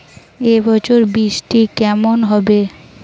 এবছর বৃষ্টি কেমন হবে?